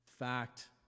fact